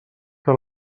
que